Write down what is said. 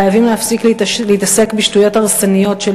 חייבים להפסיק להתעסק בשטויות הרסניות של